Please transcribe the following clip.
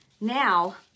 Now